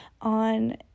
on